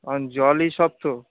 অ জলই সব তো